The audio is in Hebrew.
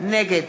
נגד